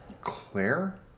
Claire